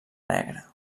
negra